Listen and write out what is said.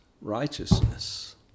righteousness